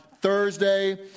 Thursday